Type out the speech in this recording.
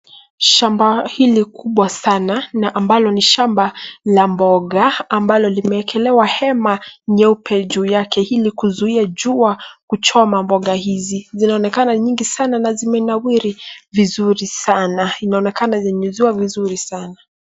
Shamba hili kubwa sana na ambalo ni shamba la mboga ambalo limeekelewa hema nyeupe juu yake ili kuzuia jua kuchoma mboga hizi. Zinaonekana nyingi sana na zimenawiri vizuri sana. Inaonekana zimenyunyuziwa vizuri sana.